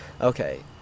okay